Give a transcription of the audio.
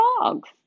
dogs